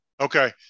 Okay